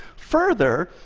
further,